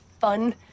fun